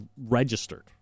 registered